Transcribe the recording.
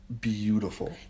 beautiful